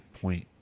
point